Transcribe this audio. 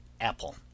Apple